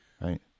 Right